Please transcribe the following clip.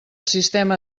sistema